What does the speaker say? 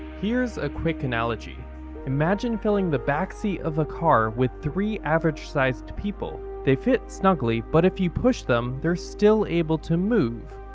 here's a quick analogy imagine filling the backseat of a car with three average sized people. they fit snugly but if you push them, they're still able to move.